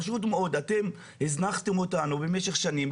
אתם פשוט מאוד הזנחתם אותנו במשך שנים,